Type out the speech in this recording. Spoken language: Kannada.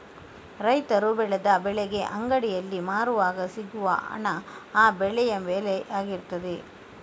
ರೈತರು ಬೆಳೆದ ಬೆಳೆಗೆ ಅಂಗಡಿಯಲ್ಲಿ ಮಾರುವಾಗ ಸಿಗುವ ಹಣ ಆ ಬೆಳೆಯ ಬೆಲೆ ಆಗಿರ್ತದೆ